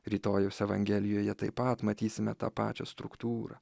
rytojaus evangelijoje taip pat matysime tą pačią struktūrą